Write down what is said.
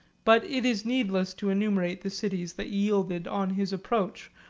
but it is heedless to enumerate the cities that yielded on his approach,